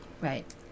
Right